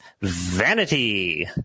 vanity